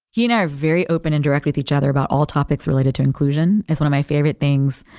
he and i are very open and direct with each other about all topics related to inclusion. it's one of my favorite things.